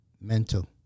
mental